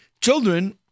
Children